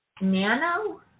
Nano